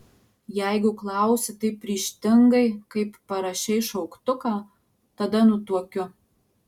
jeigu klausi taip ryžtingai kaip parašei šauktuką tada nutuokiu